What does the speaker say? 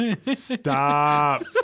Stop